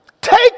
Take